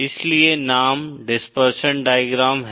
इसलिए नाम dispersion diagram है